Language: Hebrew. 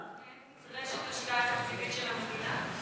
נדרשת השקעה תקציבית של המדינה?